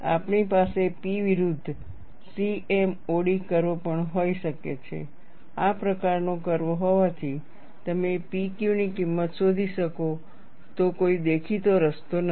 આપણી પાસે P વિરુદ્ધ CMOD કર્વ પણ હોઈ શકે છે આ પ્રકારનો કર્વ હોવાથી તમે P Q ની કિંમત શોધી શકો તેવો કોઈ દેખીતો રસ્તો નથી